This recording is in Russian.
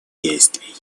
действий